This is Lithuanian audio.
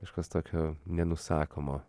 kažkas tokio nenusakomo